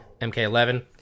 MK11